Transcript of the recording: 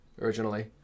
originally